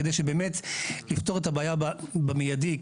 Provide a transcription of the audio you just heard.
שכדי שבאמת נפתור את הבעיה במיידי,